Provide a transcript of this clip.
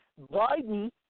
Biden